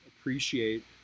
appreciate